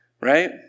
Right